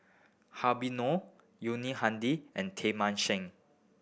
Habib Noh Yuni Hadi and Teng Mah Seng